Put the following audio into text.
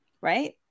right